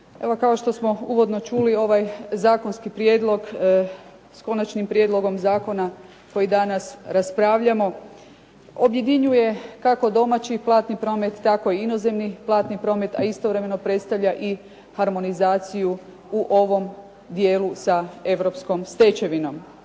Evo kao što smo uvodno čuli ovaj zakonski prijedlog s konačnim prijedlogom zakona koji danas raspravljamo objedinjuje kako domaći platni promet, tako i inozemni platni promet, a istovremeno predstavlja i harmonizaciju u ovom dijelu sa europskom stečevinom.